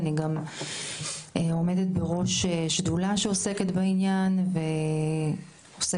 אני גם עומדת בראש שדולה שעוסקת בעניין ועוסקת